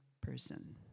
person